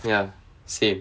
ya same